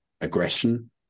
aggression